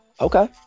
Okay